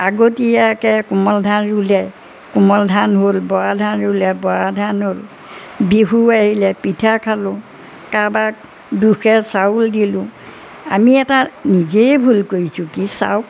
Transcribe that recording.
আগতীয়াকৈ কোমল ধান ৰুলে কোমল ধান হ'ল বৰা ধান ৰুলে বৰা ধান হ'ল বিহু আহিলে পিঠা খালোঁ কাৰবাক দুসেৰ চাউল দিলোঁ আমি এটা নিজেই ভুল কৰিছোঁ কি চাওক